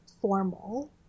formal